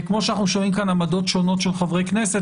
כמו שאנחנו שומעים כאן עמדות שונות של חברי כנסת,